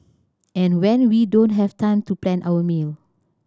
and when we don't have time to plan our meal